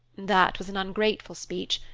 that was an ungrateful speech,